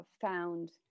found